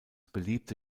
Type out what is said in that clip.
beliebte